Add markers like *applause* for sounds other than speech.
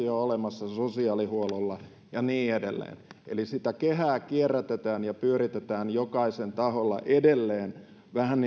*unintelligible* jo olemassa sosiaalihuollolla ja niin edelleen eli sitä kehää kierrätetään ja pyöritetään joka taholla edelleen vähän *unintelligible*